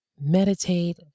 meditate